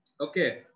okay